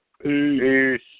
Peace